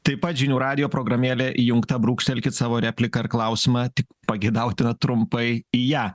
taip pat žinių radijo programėlė įjungta brūkštelkit savo repliką ar klausimą tik pageidautina trumpai į ją